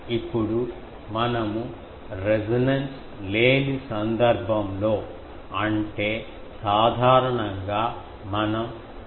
ఇప్పుడు మనము రెసొనెన్స్ లేని సందర్భంలో అంటే సాధారణంగా మనం l 0